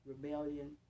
rebellion